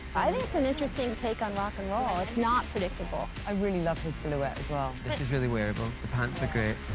i think it's an interesting take on rock-n-roll, it's not predictable. i really love his silhouette as well! this is really wearable, the pants are great!